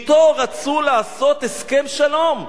אתו רצו לעשות הסכם שלום.